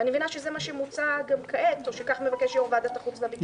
ואני מבינה שזה מה שמוצע גם כעת או שכך מבקש יו"ר ועדת החוץ והביטחון.